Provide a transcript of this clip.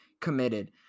committed